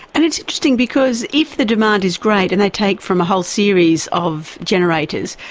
and it's interesting because if the demand is great and they take from a whole series of generators,